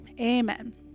Amen